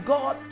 God